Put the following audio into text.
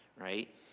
Right